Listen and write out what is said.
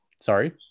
Sorry